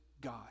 God